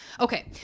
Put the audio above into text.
Okay